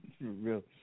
Real